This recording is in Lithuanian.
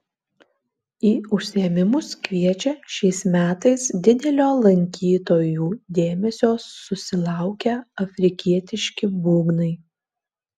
į užsiėmimus kviečia šiais metais didelio lankytojų dėmesio susilaukę afrikietiški būgnai